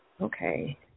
okay